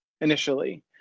initially